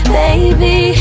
baby